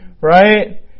right